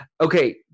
Okay